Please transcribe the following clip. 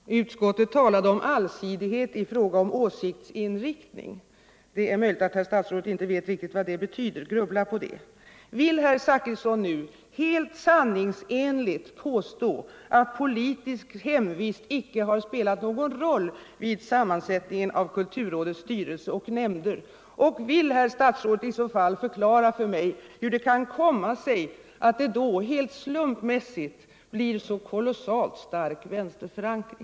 Herr talman! Utskottet talade om allsidighet i fråga om åsiktsinriktning. Det är möjligt att herr statsrådet inte riktigt vet vad det betyder. Grubbla på det! Kan herr Zachrisson nu helt sanningsenligt påstå att politisk hemvist icke har spelat någon roll vid sammansättningen av kulturrådets styrelse och nämnder, och vill herr statsrådet i så fall förklara för mig hur det kan komma sig att det då helt slumpmässigt blir så kolossalt stark vänsterförankring?